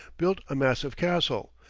built a massive castle,